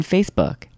Facebook